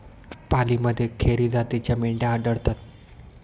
पालीमध्ये खेरी जातीच्या मेंढ्या आढळतात